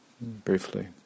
briefly